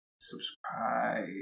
subscribe